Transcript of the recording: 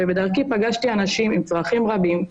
ובדרכי פגשתי אנשים עם צרכים רבים,